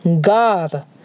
God